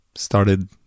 started